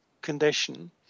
condition